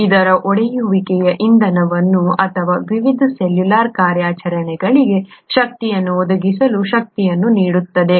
ಇದರ ಒಡೆಯುವಿಕೆಯು ಇಂಧನವನ್ನು ಅಥವಾ ವಿವಿಧ ಸೆಲ್ಯುಲಾರ್ ಕಾರ್ಯಾಚರಣೆಗಳಿಗೆ ಶಕ್ತಿಯನ್ನು ಒದಗಿಸುವ ಶಕ್ತಿಯನ್ನು ನೀಡುತ್ತದೆ